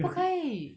不可以